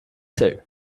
too